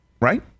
Right